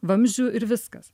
vamzdžių ir viskas